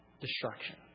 destruction